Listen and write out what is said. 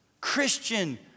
Christian